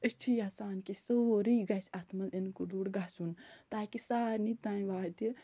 أسۍ چھِ یژھان کہ سورٕے گژھِ اَتھ منٛز اِنکِلوٗڈ گژھُن تاکہِ سارِنی تام واتہِ